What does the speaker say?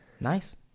nice